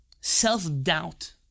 self-doubt